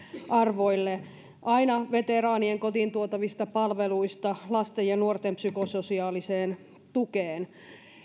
arvoille aina veteraanien kotiin tuotavista palveluista lasten ja nuorten psykososiaaliseen tukeen